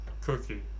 Cookie